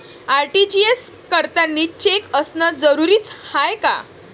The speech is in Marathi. आर.टी.जी.एस करतांनी चेक असनं जरुरीच हाय का?